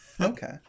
Okay